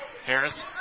Harris